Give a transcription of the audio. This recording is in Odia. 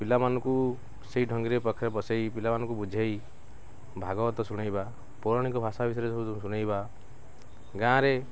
ପିଲାମାନଙ୍କୁ ସେଇ ଢଙ୍ଗିରେ ପାଖରେ ବସାଇ ପିଲାମାନଙ୍କୁ ବୁଝାଇ ଭାଗବତ ଶୁଣାଇବା ପୌରଣିକ ଭାଷା ବିଷୟରେ ସବୁ ଶୁଣାଇବା ଗାଁରେ